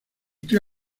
tío